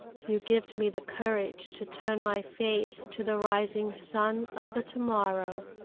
you gived me the courage to turn my face to the rising sun of the to-morrow.